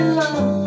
love